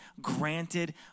granted